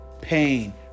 pain